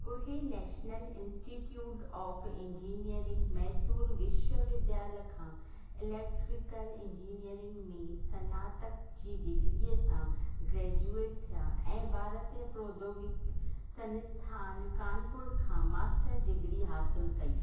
उहे national institute of engineering Mysore विश्वविद्यालय खां इलेक्ट्रिकल इंजीनियरिंग में स्नातक जी डिग्री सां ग्रेजुएट थिया ऐं भारतीय प्रौद्योगिकी संस्थान कानपुर खां मास्टर डिग्री हासिलु कई